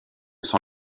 son